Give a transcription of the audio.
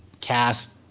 cast